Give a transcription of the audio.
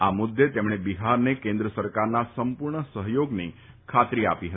આ મુદ્દે તેમણે બિફારને કેન્દ્ર સરકારના સંપૂર્ણ સફ્યોગની ખાતરી આપી ફતી